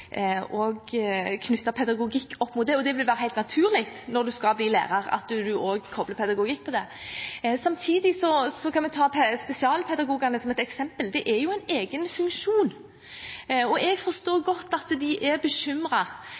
pedagogikk opp mot det. Det vil være helt naturlig når du skal bli lærer, at du også kobler pedagogikk til det. Samtidig kan vi ta spesialpedagogene som et eksempel. Det er jo en egen funksjon. Jeg forstår godt at de er